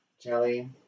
jelly